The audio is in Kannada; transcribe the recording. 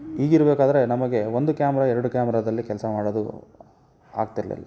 ಹೀಗಿರ್ಬೇಕಾದ್ರೆ ನಮಗೆ ಒಂದು ಕ್ಯಾಮ್ರಾ ಎರಡು ಕ್ಯಾಮ್ರಾದಲ್ಲಿ ಕೆಲಸ ಮಾಡೋದು ಆಗ್ತಿರಲಿಲ್ಲ